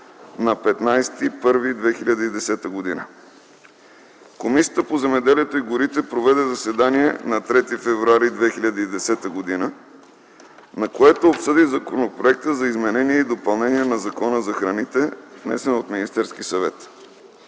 на 15 януари 2010 г. Комисията по земеделието и горите проведе заседание на 3 февруари 2010 г., на което обсъди Законопроекта за допълнение на Закона за храните, внесен от Министерския съвет.